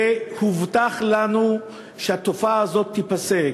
והובטח לנו שהתופעה הזאת תיפסק.